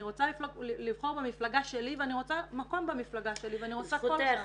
אני רוצה לבחור במפלגה שלי ואני רוצה מקום במפלגה שלי ואני רוצה חוק שם.